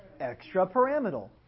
extrapyramidal